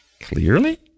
Clearly